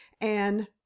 and—